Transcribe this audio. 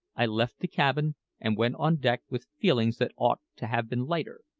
i left the cabin and went on deck with feelings that ought to have been lighter,